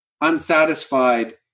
unsatisfied